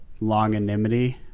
longanimity